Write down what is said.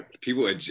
People